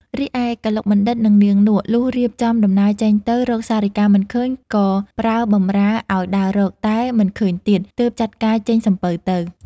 រីឯកឡុកបណ្ឌិត និងនាងនក់ លុះរៀបចំដំណើរចេញទៅ រកសារិកាមិនឃើញក៏ប្រើបម្រើឲ្យដើររក តែមិនឃើញទៀត ទើបចាត់ការចេញសំពៅទៅ ។